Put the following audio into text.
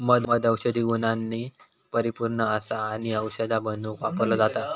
मध औषधी गुणांनी परिपुर्ण असा आणि औषधा बनवुक वापरलो जाता